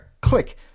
Click